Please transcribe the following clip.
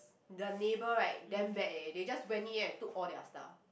the neighbour right damn bad eh they just went in and took all their stuff